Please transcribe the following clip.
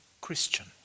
Christian